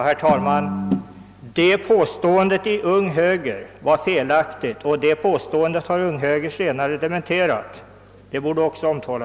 Herr talman! Det bör också framhållas att detta påstående i Ung Höger var felaktigt och senare har dementerats från detta håll.